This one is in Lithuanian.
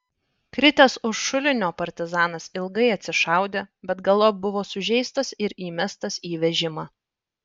kritęs už šulinio partizanas ilgai atsišaudė bet galop buvo sužeistas ir įmestas į vežimą